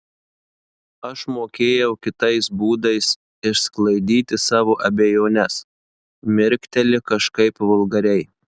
aš mokėjau kitais būdais išsklaidyti savo abejones mirkteli kažkaip vulgariai